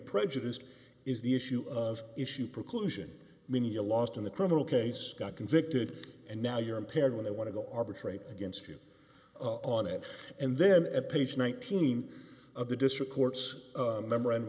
prejudiced is the issue of issue preclusion many a lost in the criminal case got convicted and now you're impaired when they want to go arbitrate against you on it and then at page nineteen of the district court's memorandum